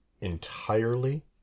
entirely